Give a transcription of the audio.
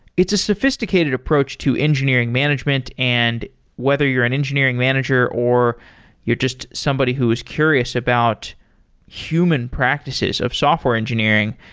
it's a sophisticated approach to engineering management and whether you're an engineering manager or you're just somebody who is curious about human practices of software engineering.